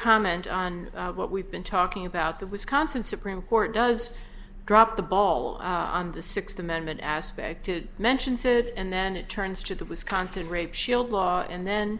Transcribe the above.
comment on what we've been talking about the wisconsin supreme court does drop the ball on the sixth amendment aspect to mention said and then it turns to the wisconsin rape shield law and then